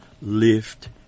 lift